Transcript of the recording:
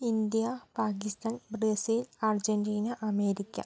India Pakistan Brazil Argentina America